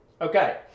Okay